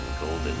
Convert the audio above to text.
Golden